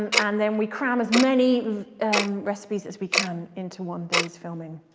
and then we cram as many recipes as we can into one days filming.